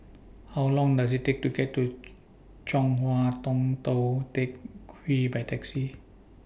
How Long Does IT Take to get to Chong Hua Tong Tou Teck Hwee By Taxi